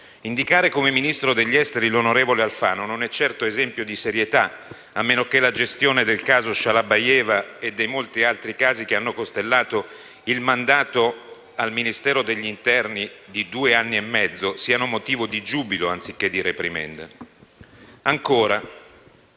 Indicare come Ministro degli affari esteri l'onorevole Alfano non è certo esempio di serietà, a meno che la gestione del caso Shalabayeva e dei molti altri casi che hanno costellato il mandato al Ministero dell'interno di due anni e mezzo siano motivo di giubilo, anziché di reprimenda.